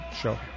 show